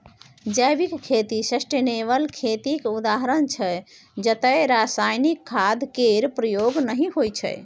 जैविक खेती सस्टेनेबल खेतीक उदाहरण छै जतय रासायनिक खाद केर प्रयोग नहि होइ छै